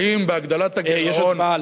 האם בהגדלת הגירעון, יש הצבעה, ?